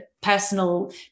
personal